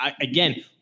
Again